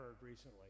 recently